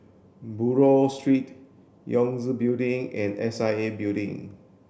Buroh Street Yangtze Building and S I A Building